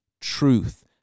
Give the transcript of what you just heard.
truth